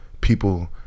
people